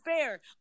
fair